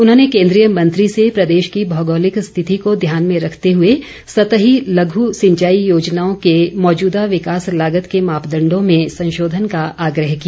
उन्होंने केन्द्रीय मंत्री से प्रदेश की भौगोलिक स्थिति को ध्यान में रखते हुए सतही लघु सिंचाई योजनाओं के मौजूदा विकास लागत के मापदंडों में संशोधन का आग्रह किया